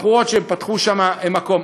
בחורות שפתחו שם מקום,